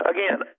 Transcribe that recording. Again